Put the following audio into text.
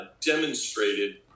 demonstrated